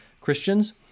Christians